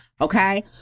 Okay